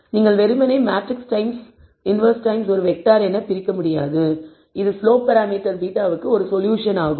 நீங்கள் வெறுமனே matrix times inverse times ஒரு வெக்டார் என பிரிக்க முடியாது இது ஸ்லோப் பராமீட்டர் β க்கு ஒரு சொல்யூஷன் ஆகும்